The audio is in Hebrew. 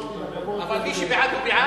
אבל מי שבעד הוא בעד?